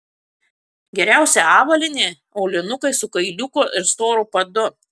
geriausia avalynė aulinukai su kailiuku ir storu padu